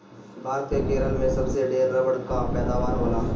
भारत के केरल में सबसे ढेर रबड़ कअ पैदावार होला